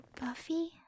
Buffy